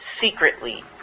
secretly